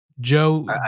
joe